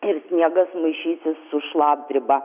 ir sniegas maišysis su šlapdriba